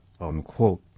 unquote